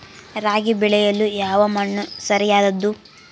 ರಾಗಿ ಬೆಳೆಯಲು ಯಾವ ಮಣ್ಣು ಸರಿಯಾದದ್ದು?